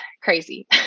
crazy